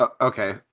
Okay